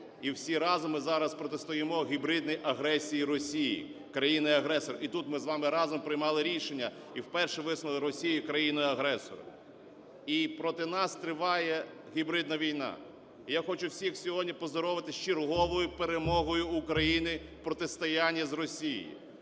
І всі разом ми зараз протистоїмо гібридній агресії Росії – країні-агресору. І тут ми з вами разом приймали рішення і вперше визнали Росію країною-агресором. І проти нас триває гібридна війна. І я хочу всіх сьогодні поздоровити з черговою перемогою України в протистоянні з Росією.